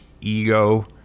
ego